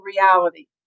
reality